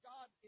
God